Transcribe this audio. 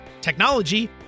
technology